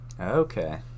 Okay